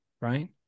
right